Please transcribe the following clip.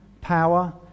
power